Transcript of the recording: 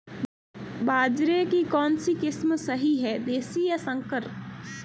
बाजरे की कौनसी किस्म सही हैं देशी या संकर?